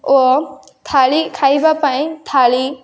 ଓ ଥାଳି ଖାଇବା ପାଇଁ ଥାଳି